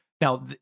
now